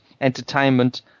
entertainment